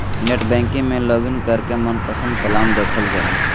net banking में login करके मनपसंद प्लान देखल जा हय